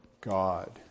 God